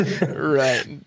Right